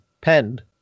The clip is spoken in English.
penned